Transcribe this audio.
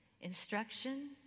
instruction